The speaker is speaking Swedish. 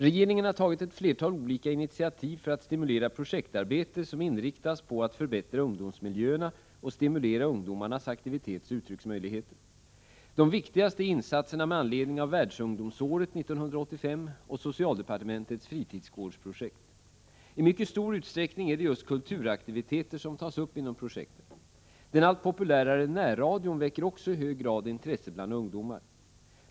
Regeringen har tagit ett flertal olika initiativ för att stimulera projektarbete som inriktas på att förbättra ungdomsmiljöerna och stimulera ungdomarnas aktivitetsoch uttrycksmöjligheter. De viktigaste är insatserna med anledning av Världsungdomsåret 1985 och socialdepartementets fritidsgårdsprojekt. I mycket stor utsträckning är det just kulturaktiviteter som tas upp inom projekten. Den allt populärare närradion väcker också i hög grad intresse bland ungdomar.